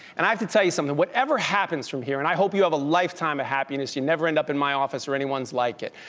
and i have to tell you something. whatever happens from here, and i hope you have a lifetime of happiness, you never end up in my office, or anyone's like it,